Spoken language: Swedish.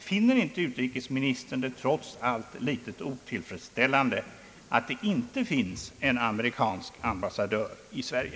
Finner inte utrikesministern det trots allt litet otillfredsställande att det inte finns en amerikansk ambassadör i Sverige?